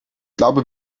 glaube